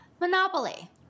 Monopoly